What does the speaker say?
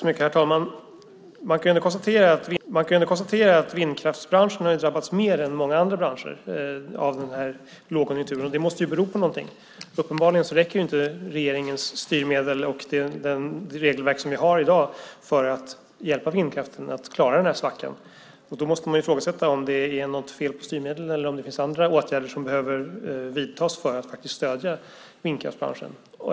Herr talman! Man kan ändå konstatera att vindkraftsbranschen har drabbats mer av lågkonjunkturen än många andra branscher, och det måste bero på något. Uppenbarligen räcker inte regeringens styrmedel och det regelverk som vi har i dag till för att hjälpa vindkraften ur svackan. Då måste man fråga sig om det är fel på styrmedlen eller om det finns andra åtgärder som kan vidtas för att stödja vindkraftsbranschen.